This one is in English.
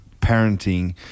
parenting